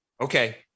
Okay